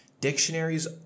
Dictionaries